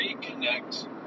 reconnect